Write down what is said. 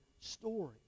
story